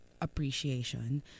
appreciation